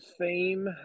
theme